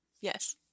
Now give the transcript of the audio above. Yes